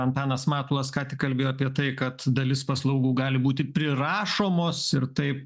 antanas matulas ką tik kalbėjo apie tai kad dalis paslaugų gali būti prirašomos ir taip